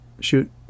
shoot